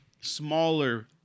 smaller